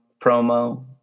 promo